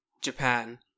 Japan